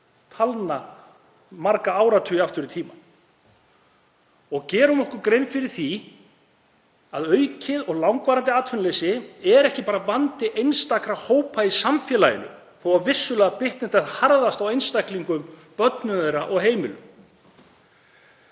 meðaltal marga áratugi aftur í tímann. Gerum okkur grein fyrir því að aukið og langvarandi atvinnuleysi er ekki bara vandi einstakra hópa í samfélaginu þó að vissulega bitni það harðast á einstaklingum, börnum þeirra og heimilum.